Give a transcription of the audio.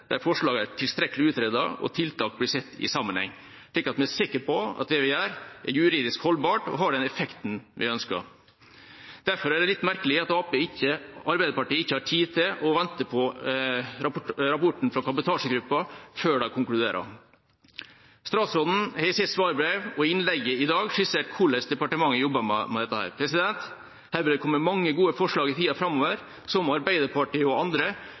der forslagene er tilstrekkelig utredet og tiltak blir sett i sammenheng, slik at vi er sikre på at det vi gjør, er juridisk holdbart og har den effekten vi ønsker. Derfor er det litt merkelig at Arbeiderpartiet ikke har tid til å vente på rapporten fra kabotasjegruppa før de konkluderer. Statsråden har i sitt svarbrev og i innlegget i dag skissert hvordan departementet jobber med dette. Her vil det komme mange gode forslag i tida framover som Arbeiderpartiet og andre